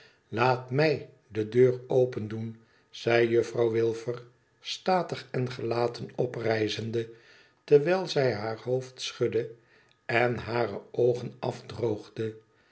laat mij de deur opendoen zei juffrouw wilfer statig en gelaten oprijzende terwijl zij haar hoofd schudde en hare oogen afdroogde